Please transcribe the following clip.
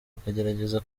akagerageza